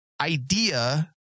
idea